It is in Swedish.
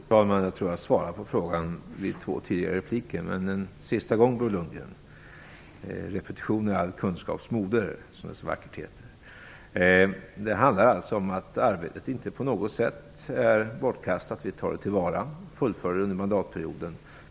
Fru talman! Jag har svarat på frågan i två tidigare inlägg, men jag kan göra det en sista gång, Bo Lundgren. Repetition är all kunskaps moder, som det så vackert heter. Arbetet är inte på något sätt bortkastat. Vi tar det till vara och fullföljer det under mandatperioden.